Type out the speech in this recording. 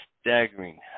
staggering